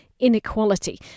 inequality